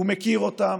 הוא מכיר אותם,